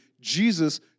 Jesus